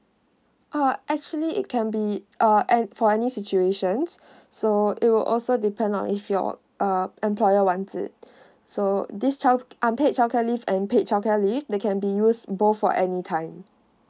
ah actually it can be uh and for any situation so it will also depend on if your uh employer wants it so this child unpaid childcare leave and paid childcare leave they can be used both for any time